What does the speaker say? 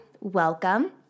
Welcome